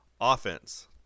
offense